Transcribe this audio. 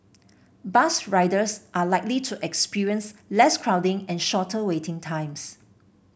bus riders are likely to experience less crowding and shorter waiting times